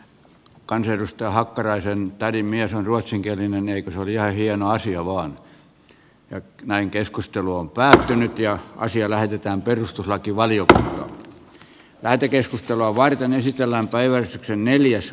ja kun kansanedustaja hakkaraisen tädin mies on ruotsinkielinen niin eikö se ole ihan hieno asia lähetetään perustuslakivaliota lähetekeskustelua varten esitellään päivän vaan